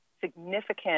significant